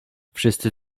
wszyscy